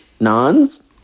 Nons